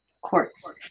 Quartz